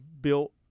built